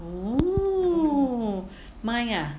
oh mine ah